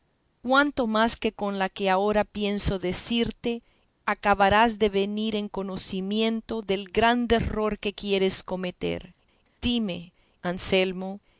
cuanto más que con lo que ahora pienso decirte acabarás de venir en conocimiento del grande error que quieres cometer dime anselmo